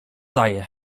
daję